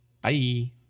Bye